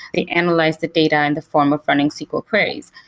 they analyze the data in the form of running sql queries,